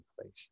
place